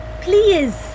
Please